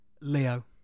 Leo